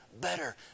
better